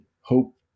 hope